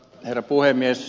herra puhemies